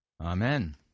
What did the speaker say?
Amen